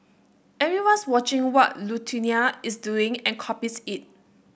everyone's watching what Lithuania is doing and copies it